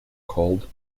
called